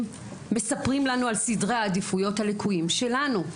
מספרים לנו על סדרי העדיפויות הלקויים שלנו.